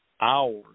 hours